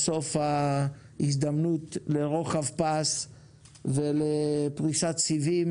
בסוף ההזדמנות לרוחב פס ולפריסת סיבים